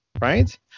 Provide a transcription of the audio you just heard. right